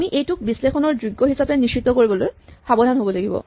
আমি এইটোক বিশ্লেযণৰ যোগ্য হিচাপে নিশ্চিত কৰিবলৈ সাৱধান হ'ব লাগিব